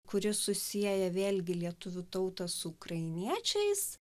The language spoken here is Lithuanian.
kuri susieja vėlgi lietuvių tautą su ukrainiečiais